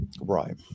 right